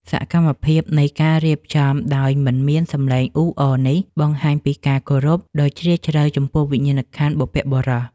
សកម្មភាពនៃការរៀបចំដោយមិនមានសំឡេងអ៊ូអរនេះបង្ហាញពីការគោរពដ៏ជ្រាលជ្រៅចំពោះវិញ្ញាណក្ខន្ធបុព្វបុរស។